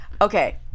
okay